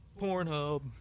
Pornhub